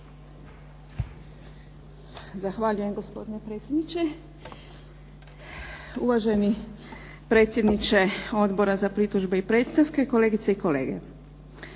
Zahvaljujem gospodine predsjedniče. Uvaženi predsjedniče Odbora za pritužbe i predstavke, kolegice i kolege.